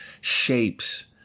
shapes